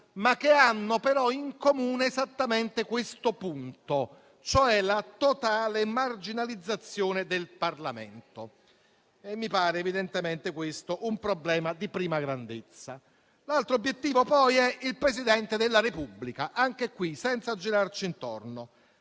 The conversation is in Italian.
ma che hanno in comune esattamente questo punto, cioè la totale marginalizzazione del Parlamento e questo mi pare evidentemente un problema di prima grandezza. L'altro obiettivo, poi, è il Presidente della Repubblica. Anche qui, senza girarci intorno,